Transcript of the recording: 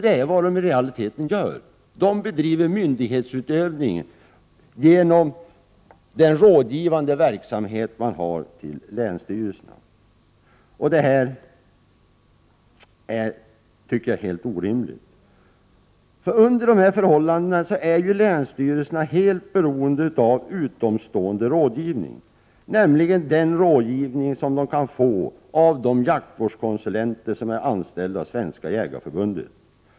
Det är vad Jägareförbundet i realiteten gör genom sin rådgivning till länsstyrelserna. Det är, anser jag, helt orimligt. Under dessa förhållanden är länsstyrelserna helt beroende av utomstående rådgivning, nämligen den rådgivning som de kan få av de jaktvårdskonsulenter som är anställda av Svenska jägareförbundet.